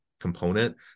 component